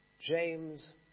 James